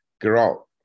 grow